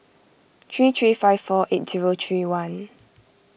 three three five four eight zero three one